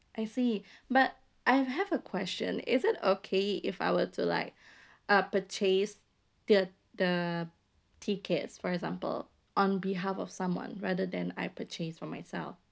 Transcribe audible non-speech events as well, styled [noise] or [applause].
I see [breath] but I've had a question is it okay if I were to like [breath] uh purchase the the tickets for example on behalf of someone rather than I've purchase from myself